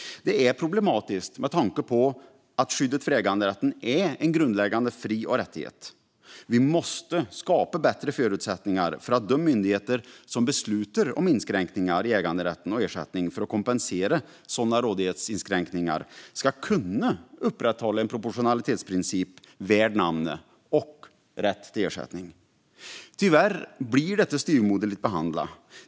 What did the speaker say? Det är problematiskt med tanke på att skyddet för äganderätten är en grundläggande fri och rättighet. Vi måste skapa bättre förutsättningar för att de myndigheter som beslutar om inskränkningar av äganderätten och ersättning för att kompensera sådana rådighetsinskränkningar ska kunna upprätthålla en proportionalitetsprincip värd namnet och rätt till ersättning. Tyvärr blir detta styvmoderligt behandlat.